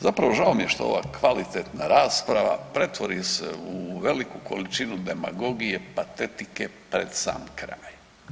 Zapravo žao mi je što ova kvalitetna rasprava pretvori se u veliku količinu demagogije, patetike pred sam kraj.